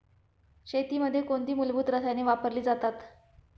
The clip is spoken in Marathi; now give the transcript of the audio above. शेतीमध्ये कोणती मूलभूत रसायने वापरली जातात?